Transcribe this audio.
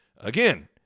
Again